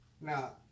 Now